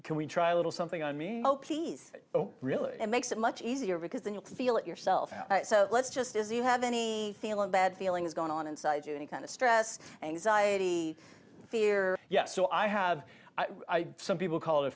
can we try a little something on me peace oh really it makes it much easier because then you can feel it yourself so let's just as you have any feeling bad feelings going on inside you and kind of stress anxiety fear yes so i have some people call it